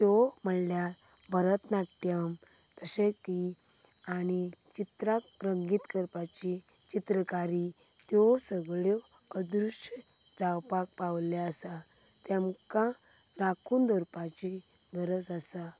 त्यो म्हणल्यार भरतनाट्यम जशें की आनी चित्रांक रंगीत करपाची चित्रकारी त्यो सगळ्यो अदृश्य जावपाक पाविल्ल्यो आसात तांकां राखून दवरपाची गरज आसा